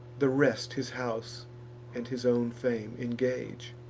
the rest his house and his own fame ingage.